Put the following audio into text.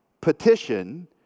petition